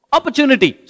Opportunity